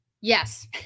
Yes